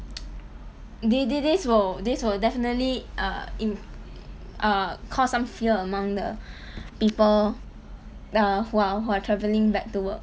thi~ thi~ this will this will definitely uh in~ uh cause some fear among the people uh who are who are travelling back to work